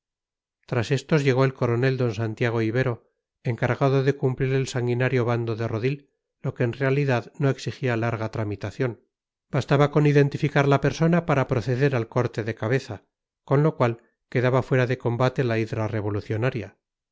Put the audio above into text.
tras estos llegó el coronel d santiago ibero encargado de cumplir el sanguinario bando de rodil lo que en realidad no exigía larga tramitación bastaba con identificar la persona para proceder al corte de cabeza con lo cual quedaba fuera de combate la hidra revolucionaria